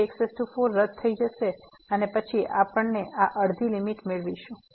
તેથી x4 રદ થશે અને પછી આપણે આ અડધી લીમીટ મેળવીશું